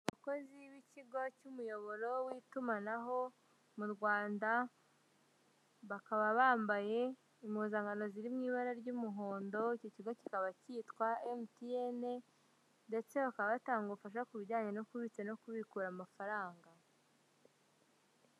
Abamukozi b'ikigo cy'umuyoboro w'itumanaho mu Rwanda, bakaba bambaye impuzankano ziri mu ibara ry'umuhondo, iki kigo kikaba cyitwa MTN ndetse bakaba batanga ubufasha ku bijyanye no kubitsa no kubikura amafaranga.